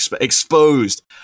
exposed